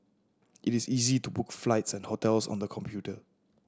it is easy to book flights and hotels on the computer